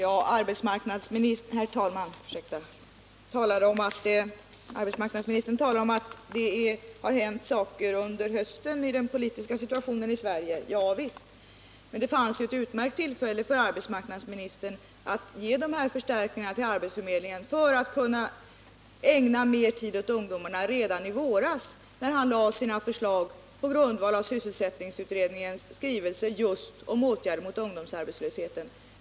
Herr talman! Arbetsmarknadsministern talar om att det hänt saker under hösten när det gäller den politiska situationen i Sverige. Ja visst! Men arbetsmarknadsministern hade ett utmärkt tillfälle att ge arbetsförmedlingarna dessa förstärkningar så att förmedlingarna kunnat ägna mer tid åt ungdomarna redan i våras, när arbetsmarknadsministern lade fram sina förslag på grundval av sysselsättningsutredningens skrivelse om just åtgärder mot ungdomsarbetslösheten.